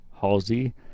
Halsey